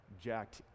jacked